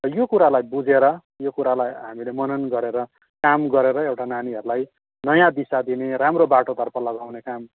यो कुरालाई बुझेर यो कुरालाई हामीले मनन गरेर काम गरेर एउटा नानीहरूलाई नयाँ दिशा दिने राम्रो बाटोतर्फ लगाउने काम